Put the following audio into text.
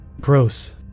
Gross